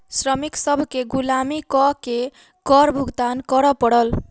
श्रमिक सभ केँ गुलामी कअ के कर भुगतान करअ पड़ल